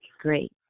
Great